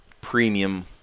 premium